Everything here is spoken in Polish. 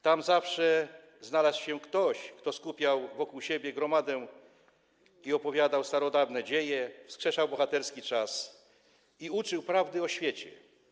Tam zawsze znalazł się ktoś, kto skupiał wokół siebie gromadę i opowiadał starodawne dzieje, wskrzeszał bohaterski czas i uczył prawdy o świecie.